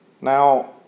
Now